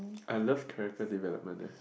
I love character development leh